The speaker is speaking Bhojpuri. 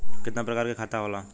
कितना प्रकार के खाता होला?